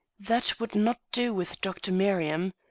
that would not do with dr. merriam.